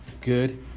Good